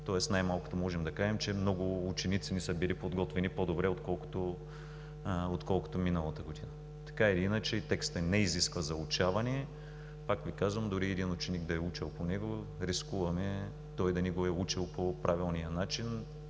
тоест най-малкото можем да кажем, че много ученици не са били подготвени по-добре, отколкото миналата година. Така или иначе текстът не изисква заучаване. Пак Ви казвам, дори един ученик да е учил по него, рискуваме той да не го е учил по правилния начин.